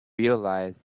realise